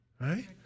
Right